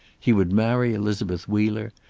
he would marry elizabeth wheeler,